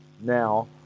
now